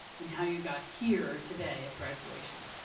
and how you got here today at graduation.